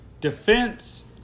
defense